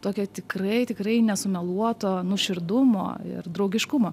tokio tikrai tikrai nesumeluoto nuoširdumo ir draugiškumo